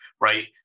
right